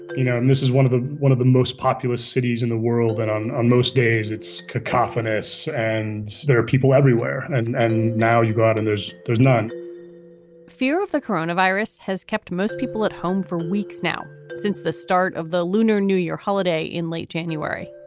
you know, and this is one of the one of the most populous cities in the world that on most days, it's cacophonous. and there are people everywhere and and now you go out and there's there's not fear of the coronavirus has kept most people at home for weeks now since the start of the lunar new year holiday in late january